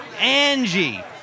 Angie